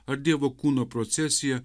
ar dievo kūno procesija